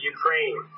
Ukraine